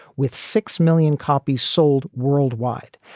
with six million copies sold worldwide,